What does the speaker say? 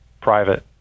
private